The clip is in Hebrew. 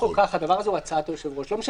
כך או כך, זו הצעת היושב-ראש.